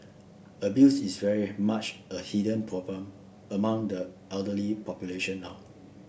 abuse is very much a hidden problem among the elderly population now